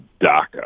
DACA